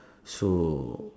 so